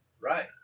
Right